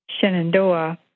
Shenandoah